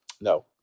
No